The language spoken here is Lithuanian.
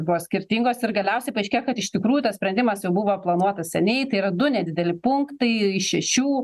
buvo skirtingos ir galiausiai paaiškėjo kad iš tikrųjų tas sprendimas jau buvo planuotas seniai tai yra du nedideli punktai iš šešių